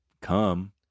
come